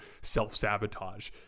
self-sabotage